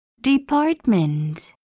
department